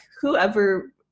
whoever